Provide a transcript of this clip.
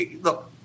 look